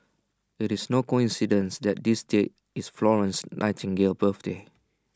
IT is no coincidence that this date is Florence Nightingale's birthday